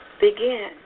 Begin